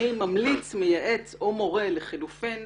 אני ממליץ, מייעץ או מורה, לחילופין,